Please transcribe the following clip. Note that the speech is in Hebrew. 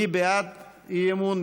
מי בעד האי-אמון?